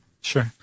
Sure